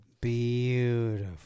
Beautiful